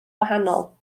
wahanol